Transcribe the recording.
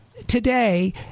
today